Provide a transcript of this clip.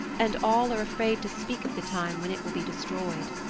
and all are afraid to speak of the time when it will be destroyed.